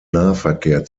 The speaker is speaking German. nahverkehr